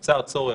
בעצם, נוצר צורך